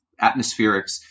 atmospherics